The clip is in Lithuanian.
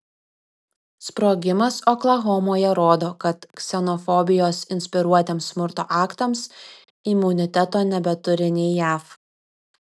sprogimas oklahomoje rodo kad ksenofobijos inspiruotiems smurto aktams imuniteto nebeturi nė jav